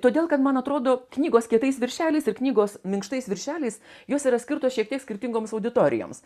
todėl kad man atrodo knygos kietais viršeliais ir knygos minkštais viršeliais jos yra skirtos šiek tiek skirtingoms auditorijoms